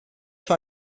vor